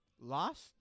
lost